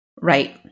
Right